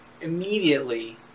immediately